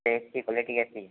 page की quality कैसी है